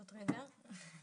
זאת ריבר.